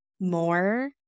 more